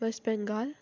West Bengal